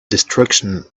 destruction